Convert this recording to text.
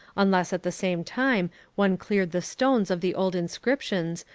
unless at the same time one cleared the stones of the old inscriptions,